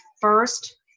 first